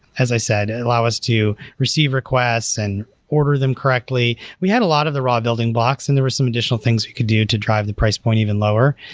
as i said, allow us to receive request and order them correctly. we had a lot of the raw building blocks and there were some additional things we could do to drive the price point even lower.